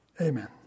Amen